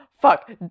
Fuck